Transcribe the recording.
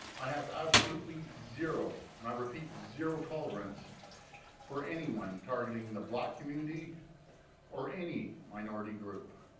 i have absolutely zero and i repeat zero-tolerance for anyone targeting the black community or any minority group.